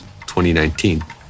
2019